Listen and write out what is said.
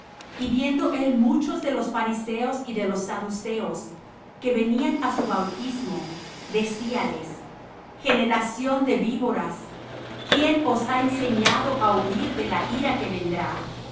y viendo él muchos de los fariseos y de los saduceos que venían á su bautismo decíales generación de víboras quién os ha enseñado á huir de la ira que vendrá